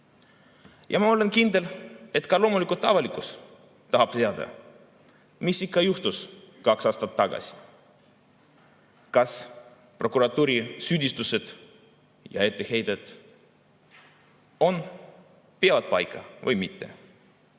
Ma olen kindel, et ka avalikkus tahab teada, mis ikkagi juhtus kaks aastat tagasi. Kas prokuratuuri süüdistused ja etteheited peavad paika või mitte?